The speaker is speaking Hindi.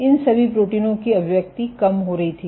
इन सभी प्रोटीनों की अभिव्यक्ति कम हो रही थी